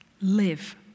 Live